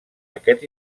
aquest